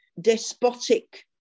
despotic